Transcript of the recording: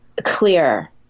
clear